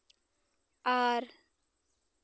ᱟᱨ